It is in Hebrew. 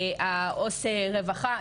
העו"ס רווחה,